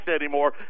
anymore